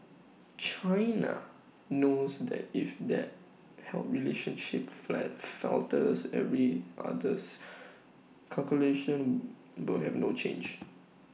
China knows that if that how relationship falters every others calculation will have no change